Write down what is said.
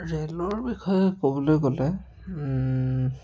ৰেলৰ বিষয়ে ক'বলৈ গ'লে